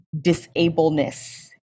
disableness